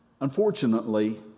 Unfortunately